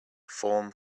form